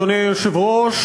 אדוני היושב-ראש,